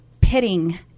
pitting